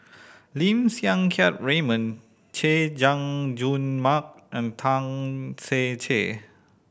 Lim Siang Keat Raymond Chay Jung Jun Mark and Tan Ser Cher